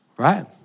right